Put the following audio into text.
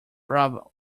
bravo